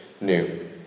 new